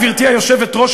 גברתי היושבת-ראש,